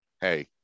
hey